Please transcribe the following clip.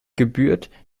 gebührt